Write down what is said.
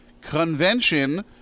convention